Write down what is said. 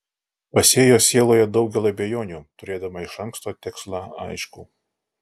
pasėjo sieloje daugel abejonių turėdama iš anksto tikslą aiškų